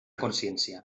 consciència